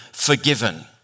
Forgiven